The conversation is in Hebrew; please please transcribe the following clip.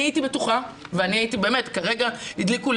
אני הייתי בטוחה וכרגע הדליקו לי